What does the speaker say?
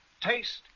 Taste